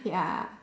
ya